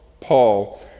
Paul